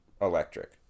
electric